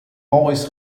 always